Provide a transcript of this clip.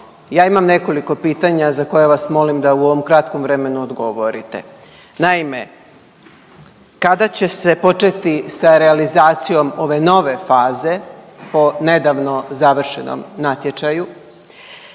ja imam nekoliko pitanja za koje vas molim da u ovom kratkom vremenu odgovorite. Naime, kada će se početi sa realizacijom ove nove faze po nedavno završenom natječaju?